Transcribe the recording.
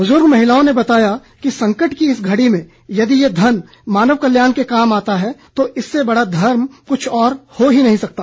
बुजुर्ग महिलाओं ने बताया कि संकट की इस घड़ी में यदि ये धन मानव कल्याण के काम आता है तो इससे बड़ा धर्म कुछ और नहीं हो सकता